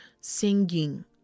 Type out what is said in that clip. singing